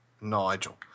Nigel